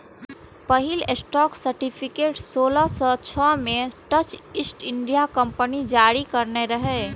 पहिल stock certificate सोलह सय छह मे डच ईस्ट इंडिया कंपनी जारी करने रहै